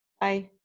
Bye